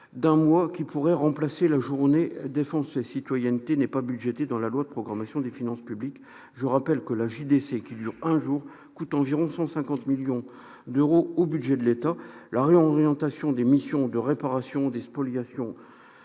d'un mois qui pourrait remplacer la Journée défense et citoyenneté n'est pas budgété dans la loi de programmation des finances publiques. Je rappelle que la JDC, qui dure un jour, coûte environ 150 millions d'euros au budget de l'État. La réorientation des missions de réparation des spoliations